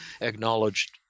acknowledged